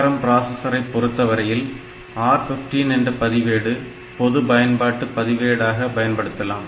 ARM பிராசஸரை பொறுத்தவரையில் R 15 என்ற பதிவேடு பொது பயன்பாட்டு பதிவேடாக பயன்படுத்தலாம்